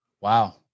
Wow